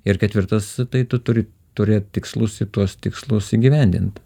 ir ketvirtas tai tu turi turėti tikslus i tuos tikslus įgyvendint